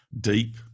deep